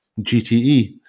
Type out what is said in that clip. GTE